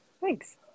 Thanks